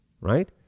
right